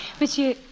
Monsieur